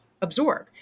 absorb